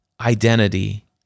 identity